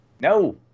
No